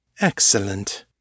Excellent